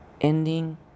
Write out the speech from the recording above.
ending